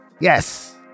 yes